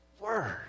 word